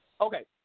Okay